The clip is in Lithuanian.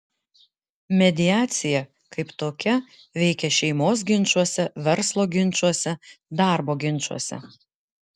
mediacija kaip tokia veikia šeimos ginčuose verslo ginčuose darbo ginčuose